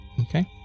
Okay